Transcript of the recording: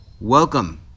Welcome